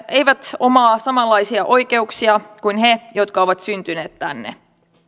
eivät omaa samanlaisia oikeuksia kuin he jotka ovat syntyneet tänne